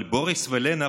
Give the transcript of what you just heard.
אבל בוריס ולנה,